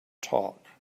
talk